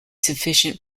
sufficient